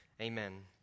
Amen